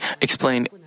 explain